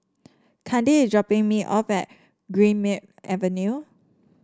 Candi is dropping me off at Greenmead Avenue